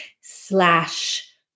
slash